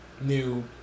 new